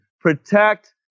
protect